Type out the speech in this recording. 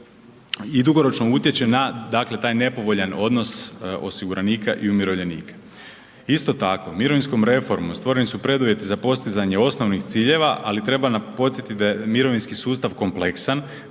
i dugoročno utječe na, dakle taj nepovoljan odnos osiguranika i umirovljenika. Isto tako mirovinskom reformom stvoreni su preduvjeti za postizanje osnovnih ciljeva, ali treba podsjetit da je mirovinski sustav kompleksan,